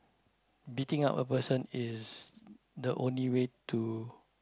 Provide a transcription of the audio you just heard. beating up a person is the only way to